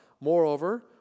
Moreover